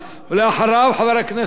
חבר הכנסת שי חרמש.